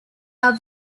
are